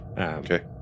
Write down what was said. okay